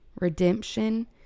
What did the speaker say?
redemption